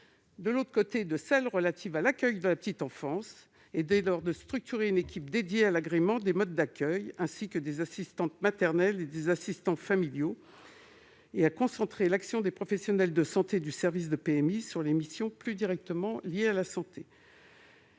de la santé avec celles qui sont relatives à l'accueil de la petite enfance. Il s'agit dès lors de structurer une équipe dédiée à l'agrément des modes d'accueil, des assistantes maternelles et des assistants familiaux et de concentrer l'action des professionnels de santé du service de PMI sur leurs missions plus directement liées à la santé.